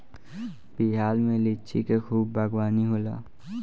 बिहार में लिची के खूब बागवानी होला